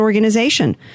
organization